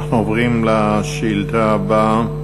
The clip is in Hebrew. אנחנו עוברים לשאילתה הבאה,